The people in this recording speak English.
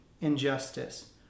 injustice